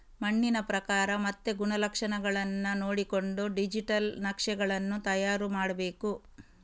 ಮಣ್ಣಿನ ಪ್ರಕಾರ ಮತ್ತೆ ಗುಣಲಕ್ಷಣಗಳನ್ನ ನೋಡಿಕೊಂಡು ಡಿಜಿಟಲ್ ನಕ್ಷೆಗಳನ್ನು ತಯಾರು ಮಾಡ್ಬೇಕು